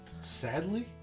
Sadly